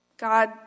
God